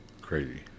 Crazy